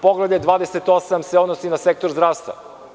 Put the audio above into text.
Poglavlje 28 se odnosi sektor zdravstva.